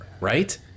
right